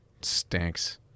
stinks